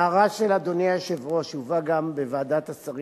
ההערה של אדוני היושב-ראש הובאה גם בוועדת השרים,